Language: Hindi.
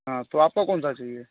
हाँ तो आपको कौन सा चाहिए